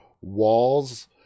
walls